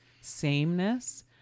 sameness